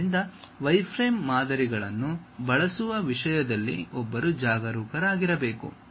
ಆದ್ದರಿಂದ ವೈರ್ಫ್ರೇಮ್ ಮಾದರಿಗಳನ್ನು ಬಳಸುವ ವಿಷಯದಲ್ಲಿ ಒಬ್ಬರು ಜಾಗರೂಕರಾಗಿರಬೇಕು